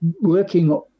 working